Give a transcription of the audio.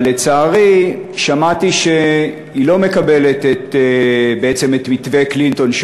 אבל לצערי שמעתי שהיא לא מקבלת בעצם את מתווה קלינטון,